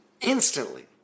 instantly